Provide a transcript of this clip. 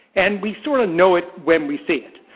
and we sort of know it when we see it.